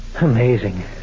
Amazing